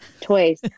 toys